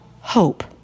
hope